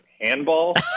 handball